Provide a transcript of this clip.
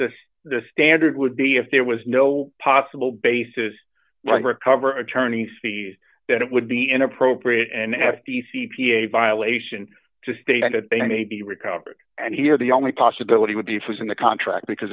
that the standard would be if there was no possible bases like recover attorney's fees that it would be inappropriate and have b c p a violation to state and that they may be recovered and here the only possibility would be if was in the contract because